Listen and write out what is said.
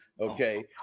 Okay